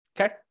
okay